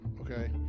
okay